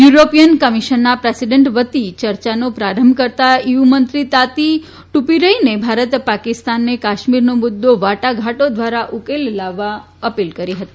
European કમિશનના president વતીથી ચર્યાનો પ્રારંભ કરતાં ઈયુ મંત્રી ત્યાતી ટુપુરેઈનેને ભારત પાકિસ્તાનને કાશ્મીરનોમુદ્દો વાટાઘાટો દ્વારા ઉકેલ લાવવાની અપીલ કરી હતી